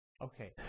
Okay